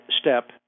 step